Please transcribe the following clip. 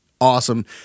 awesome